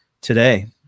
today